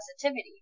positivity